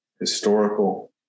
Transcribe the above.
historical